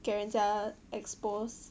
给人家 exposed